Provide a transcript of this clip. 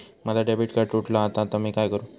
माझा debit card तुटला हा आता मी काय करू?